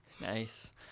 Nice